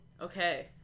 okay